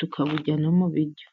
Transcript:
tukaburya no mu biryo.